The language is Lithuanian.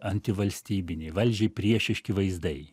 antivalstybiniai valdžiai priešiški vaizdai